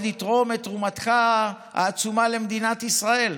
לתרום את תרומתך העצומה למדינת ישראל,